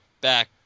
back